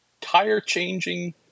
tire-changing